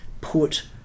put